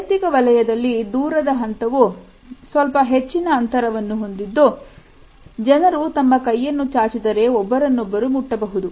ವೈಯಕ್ತಿಕ ವಲಯದಲ್ಲಿ ದೂರದ ಹಂತವು ಸ್ವಲ್ಪ ಹೆಚ್ಚಿನ ಅಂತರವನ್ನು ಹೊಂದಿದ್ದು ಜನರು ತಮ್ಮ ಕೈಯನ್ನು ಚಾಚಿದರೆ ಒಬ್ಬರನ್ನೊಬ್ಬರು ಮುಟ್ಟಬಹುದು